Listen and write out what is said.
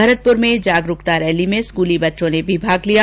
भरतपुर में जागरूकता रैली में स्कूली बच्चों ने भी भाग लिया